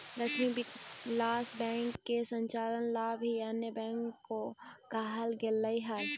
Lakshmi Vilas Bank के संचालन ला भी अन्य बैंक को कहल गेलइ हल